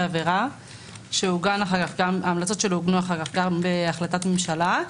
עבירה שההמלצות שלו עוגנו גם בהחלטת ממשלה.